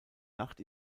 nacht